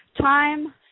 Time